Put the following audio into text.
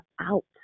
out